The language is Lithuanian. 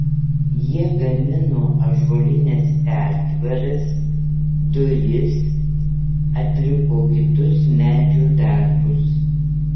jie gamino ąžuolines pertvaras duris atliko kitus medžio darbus